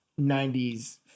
90s